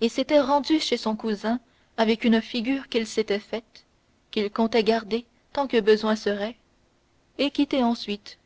et s'était rendu chez son cousin avec une figure qu'il s'était faite qu'il comptait garder tant que besoin serait et quitter ensuite